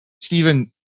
Stephen